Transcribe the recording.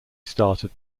started